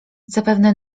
zapewne